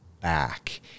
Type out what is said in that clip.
back